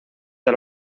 del